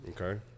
okay